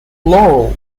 laurel